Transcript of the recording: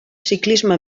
ciclisme